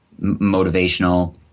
motivational